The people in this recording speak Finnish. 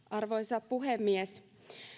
arvoisa puhemies